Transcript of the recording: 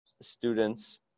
students